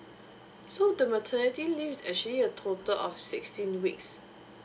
so the maternity leave is actually a total of sixteen weeks